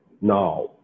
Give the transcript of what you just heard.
Now